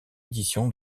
édition